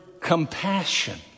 compassion